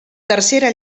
tercera